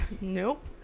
Nope